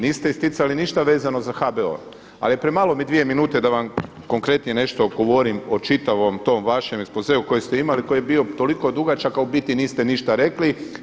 Niste isticali ništa vezano za HBOR, ali premalo mi je dvije minute da vam konkretnije nešto odgovorim o čitavom tom vašem ekspozeu koji ste imali, koji je bio toliko dugačak, a u biti niste ništa rekli.